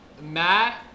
Matt